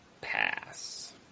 Pass